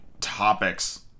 topics